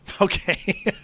Okay